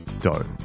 dough